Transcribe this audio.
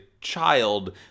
child